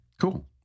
Cool